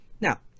Now